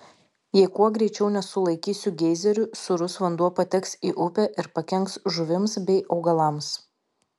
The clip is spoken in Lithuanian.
jei kuo greičiau nesulaikysiu geizerių sūrus vanduo pateks į upę ir pakenks žuvims bei augalams